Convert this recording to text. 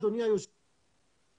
אדוני היושב ראש,